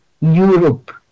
Europe